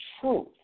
truth